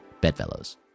Bedfellows